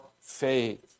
faith